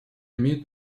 имеет